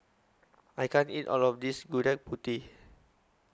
I can't eat All of This Gudeg Putih